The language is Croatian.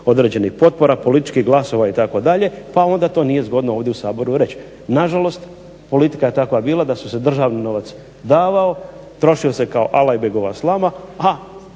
određenih potpora, političkih glasova itd. pa onda to nije zgodno ovdje u Saboru reći. Na žalost politika je takva bila da se državni novac davao, trošio se kao Alajbegova slama, a